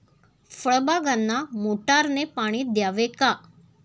फळबागांना मोटारने पाणी द्यावे का?